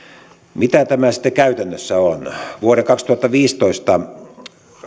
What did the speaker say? mitä tämä sitten käytännössä on jos vuoden kaksituhattaviisitoista